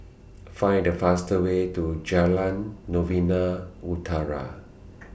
Find The fast Way to Jalan Novena Utara